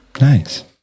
Nice